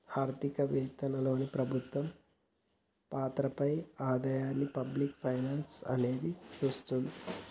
ఆర్థిక వెవత్తలో ప్రభుత్వ పాత్రపై అధ్యయనాన్ని పబ్లిక్ ఫైనాన్స్ అనేది చూస్తది